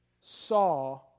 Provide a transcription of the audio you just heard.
saw